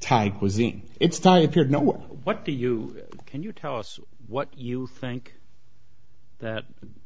type was in its type your know what do you can you tell us what you think that